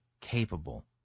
capable